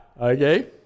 okay